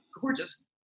gorgeous